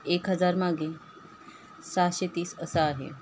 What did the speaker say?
एक हजारामागे सहाशे तीस असा आहे